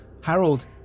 Harold